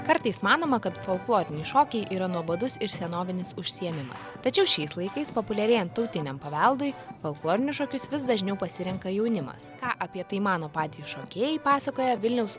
kartais manoma kad folkloriniai šokiai yra nuobodus ir senovinis užsiėmimas tačiau šiais laikais populiarėjant tautiniam paveldui folklorinius šokius vis dažniau pasirenka jaunimas ką apie tai mano patys šokėjai pasakoja vilniaus